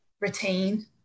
retain